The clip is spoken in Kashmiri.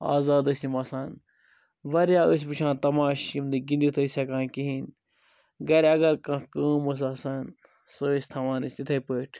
آزاد ٲسۍ یِم آسان واریاہ ٲسۍ وُچھان تماش یِم نہٕ گنٛدِتھ ٲسۍ ہیٚکان کِہیٖنۍ گھرِاگر کانٛہہ کٲم ٲسۍ آسان سُہ ٲسۍ تھاوان أسۍ تِتھے پٲٹھۍ